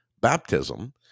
baptism